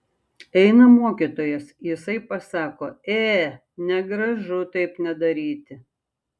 eina mokytojas jisai pasako ė negražu taip nedaryti